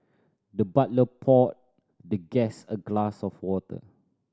the butler poured the guest a glass of water